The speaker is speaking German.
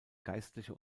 geistliche